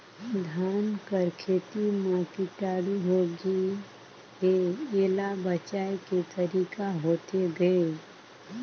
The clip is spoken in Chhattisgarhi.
धान कर खेती म कीटाणु होगे हे एला बचाय के तरीका होथे गए?